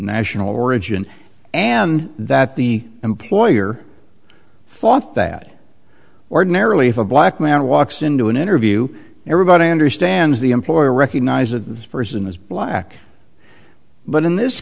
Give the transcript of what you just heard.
national origin and that the employer thought that ordinarily if a black man walks into an interview everybody understands the employer recognize that the person is black but in this